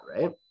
right